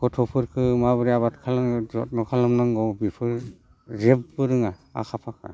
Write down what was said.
गथ'फोरखो माब्रै आबाद खालामनांगौ जथन' खालामनांगौ बेफोर जेबो रोङा आखा फाखा